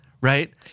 right